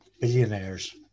billionaires